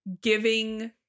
giving